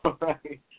right